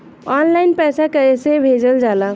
Online पैसा कैसे भेजल जाला?